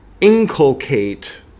inculcate